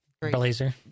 Blazer